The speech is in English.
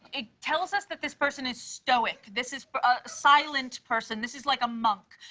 it tells us that this person is stoic. this is a silent person. this is like a monk.